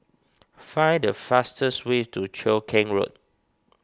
find the fastest way to Cheow Keng Road